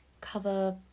cover